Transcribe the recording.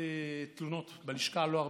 תלונות בלשכה, לא הרבה.